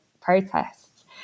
protests